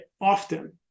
often